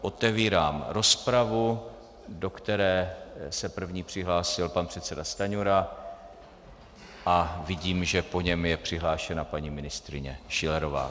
Otevírám rozpravu, do které se první přihlásil pan předseda Stanjura, a vidím, že po něm je přihlášena paní ministryně Schillerová.